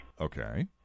Okay